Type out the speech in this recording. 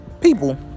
people